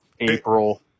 April